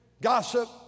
gossip